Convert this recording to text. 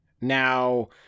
Now